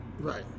Right